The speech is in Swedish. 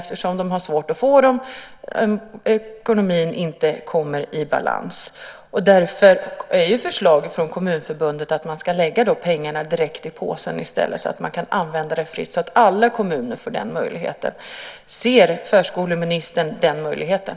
Men de har svårt att få dem, eftersom ekonomin inte kommer i balans. Därför är förslaget från Kommunförbundet att man ska lägga pengarna direkt i påsen i stället så att de kan använda dem fritt och att alla kommuner får den möjligheten. Ser förskoleministern den möjligheten?